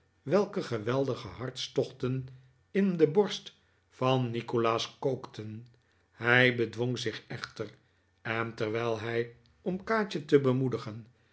welke geweldige hartstochten in de borst van nikolaas kookten hij bedwong zich echter en terwijl hij om kaatje te bemoedigen